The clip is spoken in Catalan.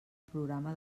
programa